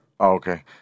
okay